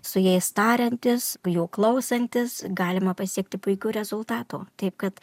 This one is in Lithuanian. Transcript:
su jais tariantis jų klausantis galima pasiekti puikių rezultatų taip kad